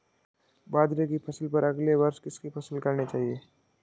बाजरे की फसल पर अगले वर्ष किसकी फसल करनी चाहिए?